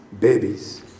babies